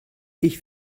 ich